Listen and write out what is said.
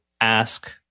ask